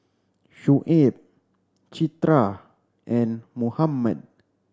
Shuib Citra and Muhammad